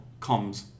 comms